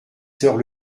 soeurs